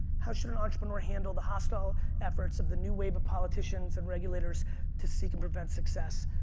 how should an entrepreneur handle the hostile efforts of the new wave of politicians and regulators to seek and prevent success?